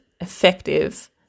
effective